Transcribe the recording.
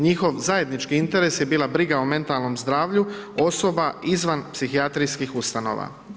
Njihov zajednički interes je bila briga o mentalnom zdravlju osoba izvan psihijatrijskih ustanova.